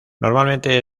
normalmente